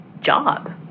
job